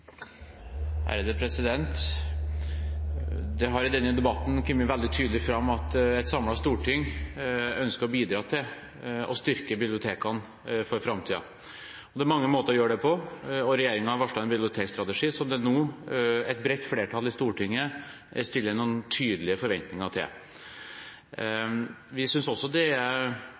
blir replikkordskifte. Det har i denne debatten kommet veldig tydelig fram at et samlet storting ønsker å bidra til å styrke bibliotekene for framtiden. Det er mange måter å gjøre det på, og regjeringen har varslet en bibliotekstrategi som et bredt flertall i Stortinget nå stiller tydelige forventninger til.